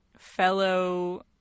fellow